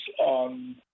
on